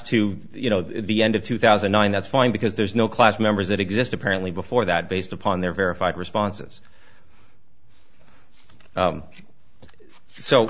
to you know the end of two thousand and nine that's fine because there's no class members that exist apparently before that based upon their verified responses